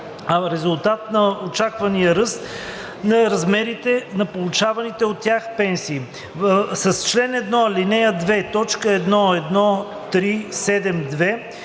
в резултат на очаквания ръст на размерите на получаваните от тях пенсии. С чл. 1, ал. 2, т. 1.1.3.7.2